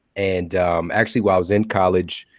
and actually, while i was in college,